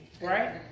right